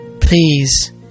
Please